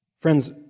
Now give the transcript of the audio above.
Friends